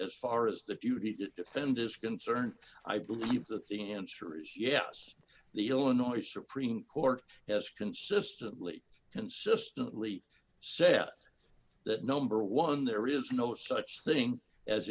as far as that u t defend is concerned i believe that the answer is yes the illinois supreme court has consistently consistently said that number one there is no such thing as